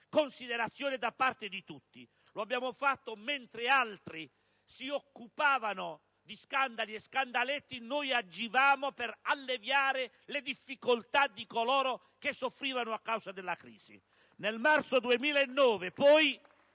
considerazione da parte di tutti. Lo abbiamo fatto mentre altri si occupavano di scandali e scandaletti; noi invece agivamo per alleviare le difficoltà di coloro che soffrivano a causa della crisi.